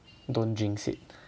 don't jinx it